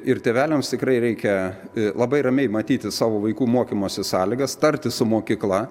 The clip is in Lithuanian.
ir tėveliams tikrai reikia labai ramiai matyti savo vaikų mokymosi sąlygas tartis su mokykla